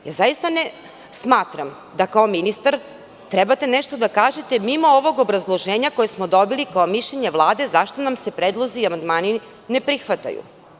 Smatram da kao ministar treba nešto da kažete mimo ovog obrazloženja koje smo dobili kao mišljenje Vlade zašto nam se predlozi i amandmani ne prihvataju.